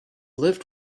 lift